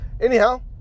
anyhow